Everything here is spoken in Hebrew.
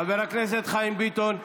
ראשון המציעים, חבר הכנסת חיים ביטון.